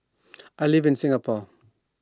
I live in Singapore